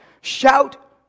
Shout